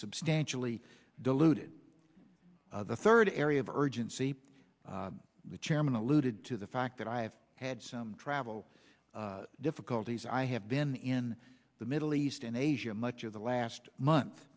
substantially diluted the third area of urgency the chairman alluded to the fact that i have had some travel difficulties i have been in the middle east and asia much of the last month